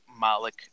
Malik